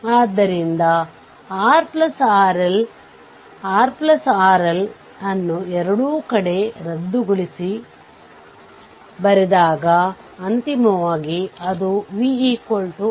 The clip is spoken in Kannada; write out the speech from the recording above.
ಆದ್ದರಿಂದ ಟರ್ಮಿನಲ್ 1ಮತ್ತು 2 ರಾದ್ಯಂತ ಆ ಓಪನ್ ಸರ್ಕ್ಯೂಟ್ ವೋಲ್ಟೇಜ್ ಮೂಲ VThevenin ಆಗಿದೆ